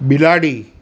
બિલાડી